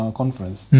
conference